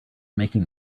making